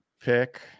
pick